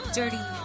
dirty